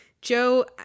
Joe